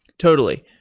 totally.